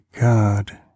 God